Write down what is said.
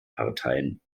parteien